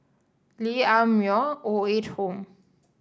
Lee Ah Mooi Old Age Home